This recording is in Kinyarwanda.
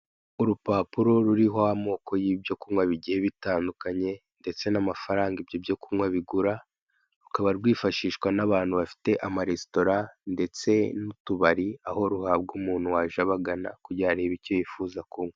Urupapuro ruriho amoko y'ibyo kunywa bigiye bitandukanye ndetse n'amafaranga ibyo byo kunywa bigura, rukaba rwifashishwa n'abantu bafite amaresitora ndetse n'utubari, aho ruhabwa umuntu waje ubagana kugira arebe icyo yifuza kunywa.